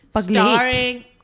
starring